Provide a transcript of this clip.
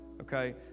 okay